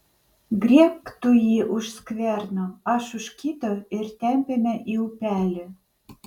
griebk tu jį už skverno aš už kito ir tempiame į upelį